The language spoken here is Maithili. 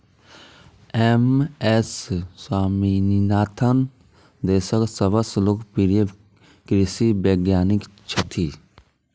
एम.एस स्वामीनाथन देशक सबसं लोकप्रिय कृषि वैज्ञानिक छथि